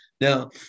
Now